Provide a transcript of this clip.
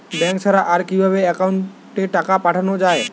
Bank ছাড়া আর কিভাবে একাউন্টে টাকা পাঠানো য়ায়?